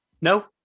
No